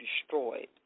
destroyed